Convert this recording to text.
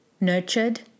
nurtured